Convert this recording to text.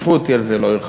כשתקפו אותי לא הרחבתי.